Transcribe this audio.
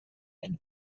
and